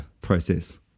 process